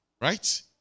right